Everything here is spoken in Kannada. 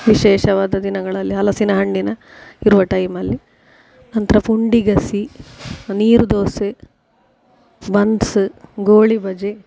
ವಿಶೇಷವಾದ ದಿನಗಳಲ್ಲಿ ಹಲಸಿನ ಹಣ್ಣಿನ ಇರುವ ಟೈಮಲ್ಲಿ ನಂತರ ಪುಂಡಿ ಗಸಿ ನೀರು ದೋಸೆ ಬನ್ಸ ಗೋಳಿಬಜೆ